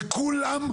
וכולם